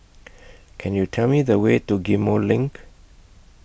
Can YOU Tell Me The Way to Ghim Moh LINK